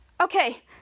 Okay